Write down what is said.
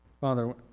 Father